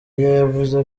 yavuze